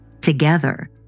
Together